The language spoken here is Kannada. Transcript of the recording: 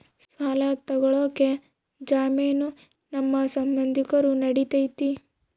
ಸಾಲ ತೊಗೋಳಕ್ಕೆ ಜಾಮೇನು ನಮ್ಮ ಸಂಬಂಧಿಕರು ನಡಿತೈತಿ?